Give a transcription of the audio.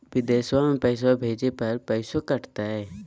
बिदेशवा मे पैसवा भेजे पर पैसों कट तय?